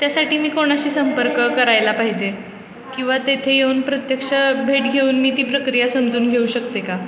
त्यासाठी मी कोणाशी संपर्क करायला पाहिजे किंवा तेथे येऊन प्रत्यक्ष भेट घेऊन मी ती प्रक्रिया समजून घेऊ शकते का